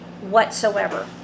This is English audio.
whatsoever